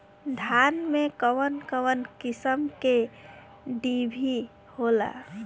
धान में कउन कउन किस्म के डिभी होला?